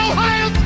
Ohio